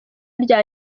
rya